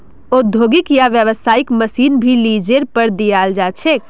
औद्योगिक या व्यावसायिक मशीन भी लीजेर पर दियाल जा छे